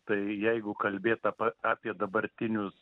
tai jeigu kalbėt apa apie dabartinius